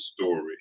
Story